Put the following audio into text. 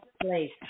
place